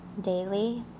daily